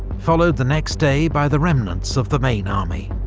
followed the next day by the remnants of the main army.